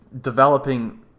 developing